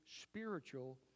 spiritual